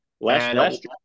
Last